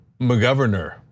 McGovernor